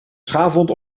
schaafwond